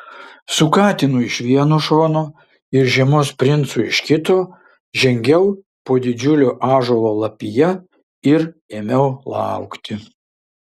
su katinu iš vieno šono ir žiemos princu iš kito žengiau po didžiulio ąžuolo lapija ir ėmiau laukti